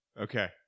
Okay